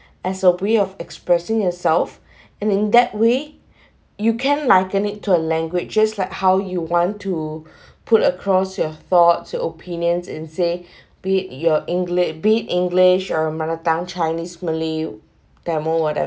as a way of expressing yourself and in that way you can likened it to a language just like how you want to put across your thoughts your opinions in say beat your english beat english or mother tongue chinese malay tamil whatever